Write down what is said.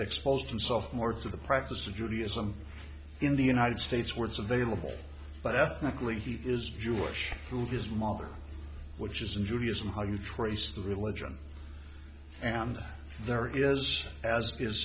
exposed himself more to the practice of judaism in the united states words available but ethnically he is jewish through his mother which is in judaism how you trace the religion and there is as is